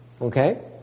Okay